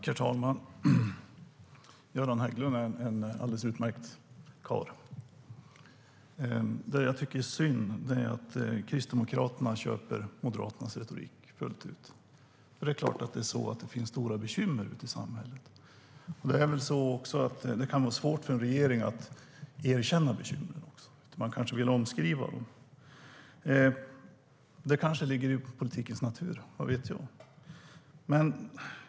Herr talman! Göran Hägglund är en alldeles utmärkt karl. Det jag tycker är synd är att Kristdemokraterna köper Moderaternas retorik fullt ut. Det är klart att det finns stora bekymmer i samhället. Det kan vara svårt för en regering att erkänna att det finns bekymmer. Man kanske vill omskriva dem. Det kanske ligger i politikens natur - vad vet jag?